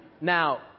Now